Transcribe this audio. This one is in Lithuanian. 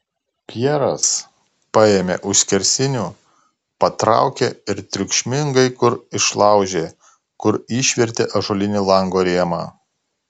pjeras paėmė už skersinių patraukė ir triukšmingai kur išlaužė kur išvertė ąžuolinį lango rėmą